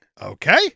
Okay